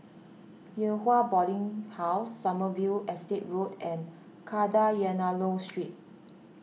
Yew Hua Boarding House Sommerville Estate Road and Kadayanallur Street